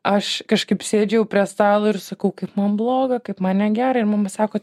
aš kažkaip sėdžiu prie stalo ir sakau kaip man bloga kaip man negera ir mama sako